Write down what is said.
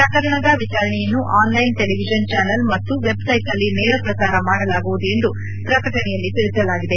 ಪ್ರಕರಣದ ವಿಚಾರಣೆಯನ್ನು online television channel ಮತ್ತು ವೆಬ್ಸೈಟ್ನಲ್ಲಿ ನೇರಪ್ರಸಾರ ಮಾಡಲಾಗುವುದು ಎಂದು ಪ್ರಕಟಣೆಯಲ್ಲಿ ತಿಳಿಸಲಾಗಿದೆ